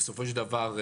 בסופו של דבר,